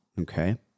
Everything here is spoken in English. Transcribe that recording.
Okay